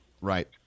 Right